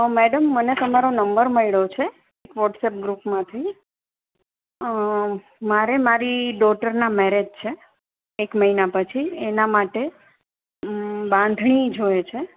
madam મને તમારો number મળ્યો છે વોટસએપ ગ્રુપ માંથી મારે મારી ડોટરના મેરેજ છે એક મહિના પછી એના માટે બાંધણી જોઈએ છે